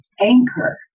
anchor